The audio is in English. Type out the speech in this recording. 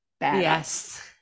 Yes